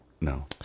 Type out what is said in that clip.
No